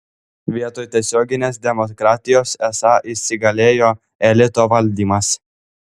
vietoj tiesioginės demokratijos esą įsigalėjo elito valdymas